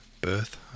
birth